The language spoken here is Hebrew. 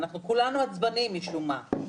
אנחנו כולנו עצבניים משום מה.